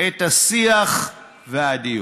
את השיח והדיון.